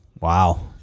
Wow